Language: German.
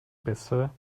bessere